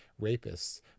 rapists